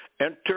Enter